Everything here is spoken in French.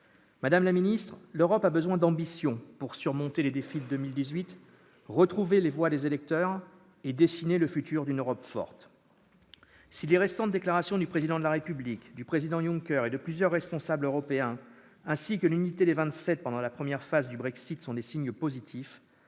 Madame la ministre, l'Europe a besoin d'ambition pour surmonter les défis de 2018, retrouver les voix des électeurs et dessiner l'avenir d'une Europe forte. Si les récentes déclarations du Président de la République, du président Juncker et de plusieurs responsables européens ainsi que l'unité des Vingt-Sept pendant la première phase du Brexit sont des signes positifs,